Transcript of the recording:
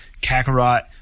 Kakarot